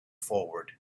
forward